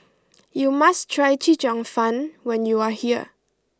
you must try Chee Cheong Fun when you are here